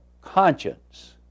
conscience